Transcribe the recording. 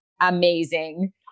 amazing